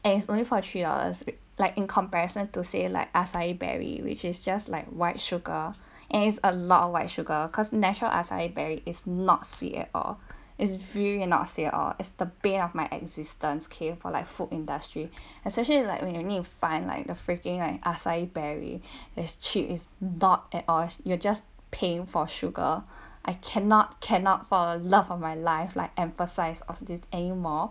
and it's only for three hours like in comparison to say like acai berry which is just like white sugar and is a lot of white sugar cause natural acai berry is not sweet at all is really really not sweet at all is the pain of my existence okay for like food industry especially in like when you need to find like the freaking like acai berry is cheap is not at all you are just paying for sugar I cannot cannot for a love of my life like emphasise of this anymore